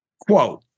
quote